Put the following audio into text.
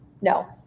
No